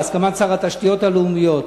בהסכמת שר התשתיות הלאומיות,